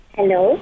Hello